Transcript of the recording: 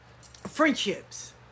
friendships